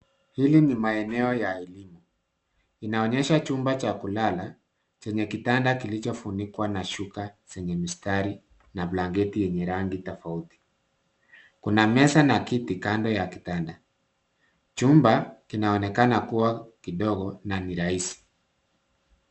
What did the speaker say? Hili ni maeneo ya elimu, inaonyesha chumba cha kulala chenye kitanda kilichofunikwa na shuka zenye mistari na blanketi yenye rangi tofauti. Kuna meza na kiti kando ya kitanda. Chumba kinaonekana kuwa kidogo na ni rahisi.